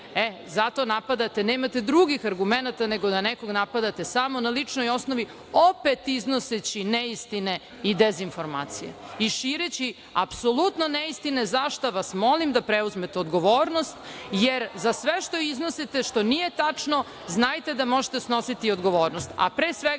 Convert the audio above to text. E, zato napadate, nemate drugih argumenata nego da nekog napadate samo na ličnoj osnovi, opet iznoseći neistine i dezinformacije i šireći apsolutno neistine, za šta vas molim da preuzmete odgovornost, jer za sve što iznosite što nije tačno znajte da možete snositi odgovornost,